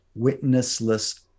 witnessless